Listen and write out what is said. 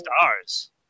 stars